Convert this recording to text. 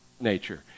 nature